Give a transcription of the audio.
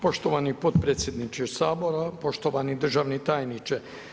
Poštovani potpredsjedniče Sabora, poštovani državni tajniče.